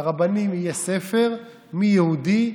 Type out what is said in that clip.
לרבנים יהיה ספר מי יהודי,